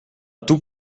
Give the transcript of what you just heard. tout